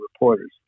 reporters